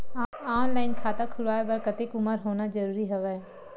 Online खाता खुलवाय बर कतेक उमर होना जरूरी हवय?